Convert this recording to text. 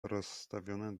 rozstawione